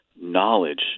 knowledge